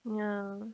ya